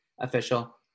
official